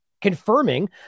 confirming